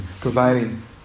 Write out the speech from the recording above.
providing